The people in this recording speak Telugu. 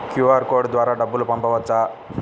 క్యూ.అర్ కోడ్ ద్వారా డబ్బులు పంపవచ్చా?